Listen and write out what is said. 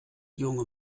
junge